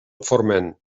forment